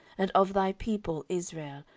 and of thy people israel,